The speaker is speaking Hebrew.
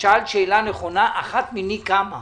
שאלת שאלה נכונה, אחת מני כמה,